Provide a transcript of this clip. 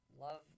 Love